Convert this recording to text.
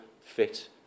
fit